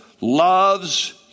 loves